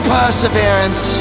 perseverance